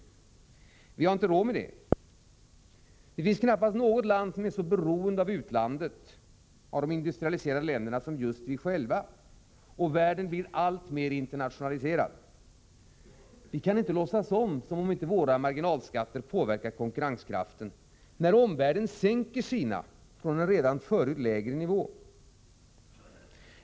Vi har inte råd med detta. Knappast något annat land är så beroende av de industrialiserade länderna i utlandet som Sverige. Och världen blir alltmer internationaliserad. Vi kan inte låtsas som om våra marginalskatter inte påverkar konkurrenskraften, när omvärlden sänker sina från en redan förut lägre nivå.